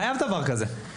חייב דבר כזה.